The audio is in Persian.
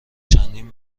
چندین